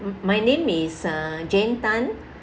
m~ my name is uh jane tan